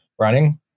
running